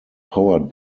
powered